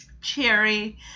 Cherry